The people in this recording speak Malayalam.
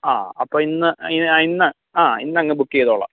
ആ അപ്പോൾ ഇന്ന് ഇന്ന് ആ ഇന്ന് അങ്ങ് ബുക്ക് ചെയ്തോളാം